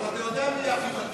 אבל אתה יודע מי יהיה הכי ותיק.